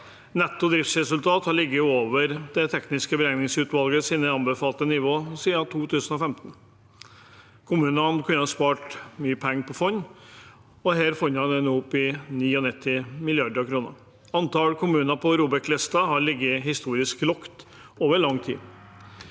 Netto driftsresultat har ligget over Det tekniske beregningsutvalgets anbefalte nivå siden 2015. Kommunene kunne ha spart mye penger på fond, og disse fondene er nå oppe i 99 mrd. kr. Antallet kommuner på ROBEK-listen har ligget historisk lavt over lang tid.